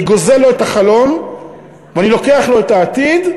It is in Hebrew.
גוזל לו את החלום ואני לוקח לו את העתיד,